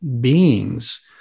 beings